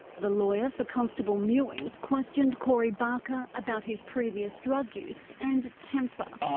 the lawyer for constable mewing questioned corey barker about his previous drug use and temper.